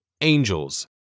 Angels